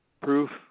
proof